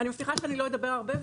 אני מבטיחה שאני לא אדבר הרבה.